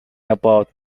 about